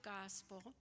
gospel